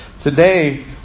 Today